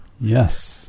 Yes